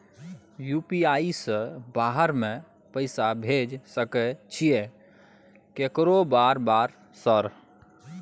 UPI से बाहर में पैसा भेज सकय छीयै केकरो बार बार सर?